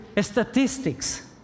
statistics